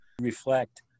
reflect